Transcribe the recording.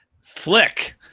flick